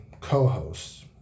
co-hosts